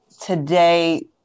today